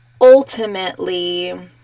ultimately